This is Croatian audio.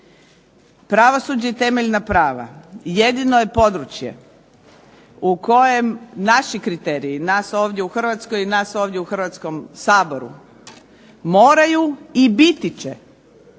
Pravosuđe i temeljna prava jedino je područje u kojem naši kriteriji, nas ovdje u Hrvatskoj i nas ovdje u Saboru, moraju i biti će